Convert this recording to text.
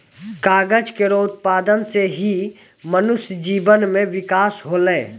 कागज केरो उत्पादन सें ही मनुष्य जीवन म बिकास होलै